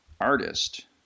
artist